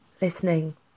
Listening